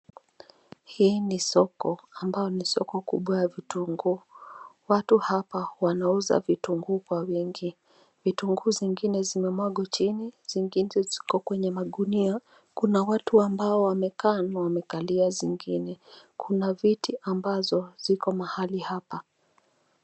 Hii ni soko ambao ni soko kubwa ya vitunguu. Watu hapa, wanauza vitunguu kwa wingi. Vitunguu zingine zimemwagwa chini, zingine ziko kwenye magunia, kuna watu ambao wamekaa na wamekalia zingine. Kuna viti ambazo ziko mahali hapa.